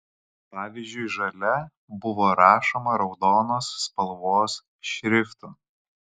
pavyzdžiui žalia buvo rašoma raudonos spalvos šriftu